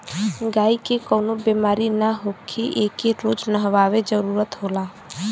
गायी के कवनो बेमारी ना होखे एके रोज नहवावे जरुरत होला